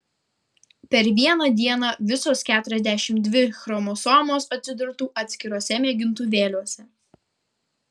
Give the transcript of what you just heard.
per vieną dieną visos keturiasdešimt dvi chromosomos atsidurtų atskiruose mėgintuvėliuose